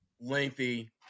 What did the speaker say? lengthy